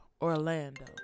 orlando